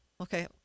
Okay